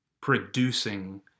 producing